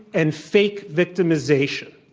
and fake victimization.